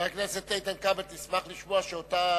חבר הכנסת איתן כבל, תשמח לשמוע שאותה